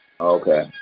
Okay